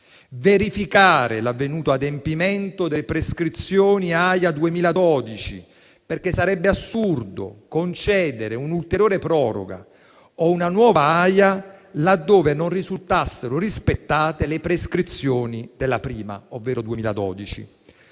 verificare l'avvenuto adempimento delle prescrizioni AIA 2012, perché sarebbe assurdo concedere un'ulteriore proroga o una nuova AIA laddove non risultassero rispettate le prescrizioni della prima, ovvero